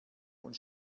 und